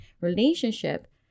relationship